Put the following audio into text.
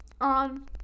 on